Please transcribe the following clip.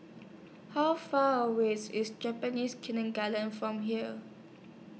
How Far away IS IS Japanese Kindergarten from here